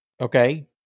Okay